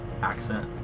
accent